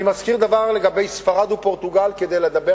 אני מזכיר דבר לגבי ספרד ופורטוגל כדי לדבר